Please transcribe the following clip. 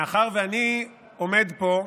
מאחר שאני עומד פה במקומך.